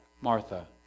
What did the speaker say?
Martha